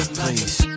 please